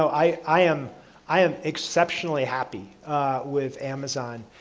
i am i am exceptionally happy with amazon.